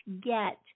Get